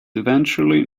eventually